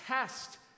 test